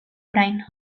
orain